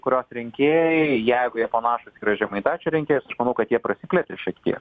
kurios rinkėjai jeigu jie panašūs yra į žemaitaičio rinkėjus manau kad jie prasiplėtė šiek tie